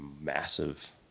massive